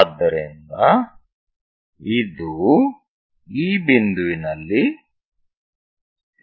ಆದ್ದರಿಂದ ಇದು ಈ ಬಿಂದುವಿನಲ್ಲಿ ಎಲ್ಲೋ ಛೇದಿಸಲಿದೆ